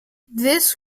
this